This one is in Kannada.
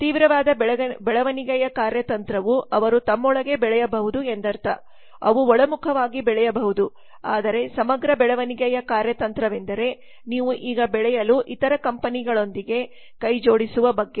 ತೀವ್ರವಾದ ಬೆಳವಣಿಗೆಯ ಕಾರ್ಯತಂತ್ರವು ಅವರು ತಮ್ಮೊಳಗೆ ಬೆಳೆಯಬಹುದು ಎಂದರ್ಥ ಅವು ಒಳಮುಖವಾಗಿ ಬೆಳೆಯಬಹುದು ಆದರೆ ಸಮಗ್ರ ಬೆಳವಣಿಗೆಯ ಕಾರ್ಯತಂತ್ರವೆಂದರೆ ನೀವು ಈಗ ಬೆಳೆಯಲು ಇತರ ಕಂಪನಿಗಳೊಂದಿಗೆ ಕೈಜೋಡಿಸುವ ಬಗ್ಗೆ